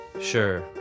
Sure